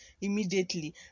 immediately